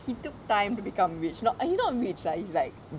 he took time to become rich not he's not rich lah he is like